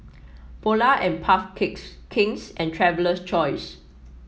Polar and Puff Cakes King's and Traveler's Choice